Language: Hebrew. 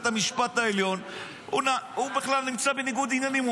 בית המשפט העליון נמצא בניגוד עניינים,